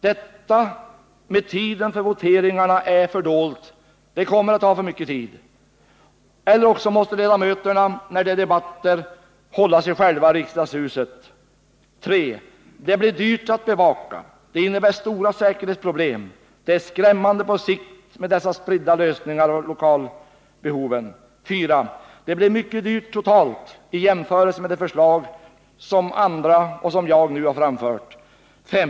Det kommer att ta för lång tid för ledamöterna när de skall infinna sig till votering. För att undvika detta måste ledamöterna hålla sig i själva riksdagshuset under debatterna. 3. Det blir dyrt att bevaka huset. Det innebär stora säkerhetsproblem. På sikt är det skrämmande med dessa spridda lösningar vad beträffar lokalfrågan. 4, Utskottets förslag blir kostsamt i jämförelse med det förslag som jag och andra framfört. 5.